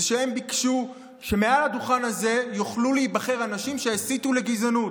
זה שהם ביקשו שמעל הדוכן הזה יוכלו להיבחר אנשים שהסיתו לגזענות,